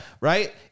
right